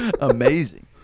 Amazing